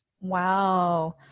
wow